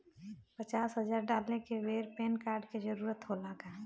पचास हजार डाले के बेर पैन कार्ड के जरूरत होला का?